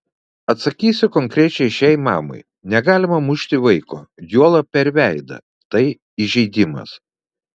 atsakysiu konkrečiai šiai mamai negalima mušti vaiko juolab per veidą tai įžeidimas